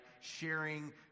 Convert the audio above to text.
sharing